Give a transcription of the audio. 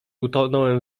utonąłem